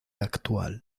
actual